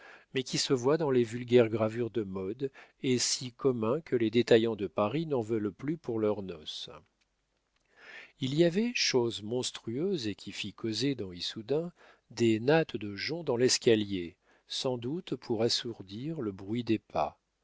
mais qui se voit dans les vulgaires gravures de modes et si commun que les détaillants de paris n'en veulent plus pour leurs noces il y avait chose monstrueuse et qui fit causer dans issoudun des nattes de jonc dans l'escalier sans doute pour assourdir le bruit des pas